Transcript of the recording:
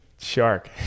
Shark